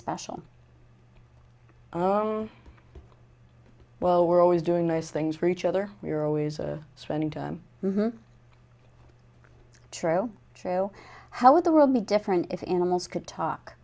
special oh well we're always doing nice things for each other we're always are spending to true true how would the world be different if animals could talk